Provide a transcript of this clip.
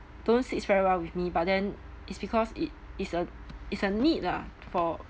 don't sits very well with me but then it's because it it's a it's a need lah for